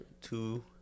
Two